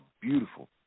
beautiful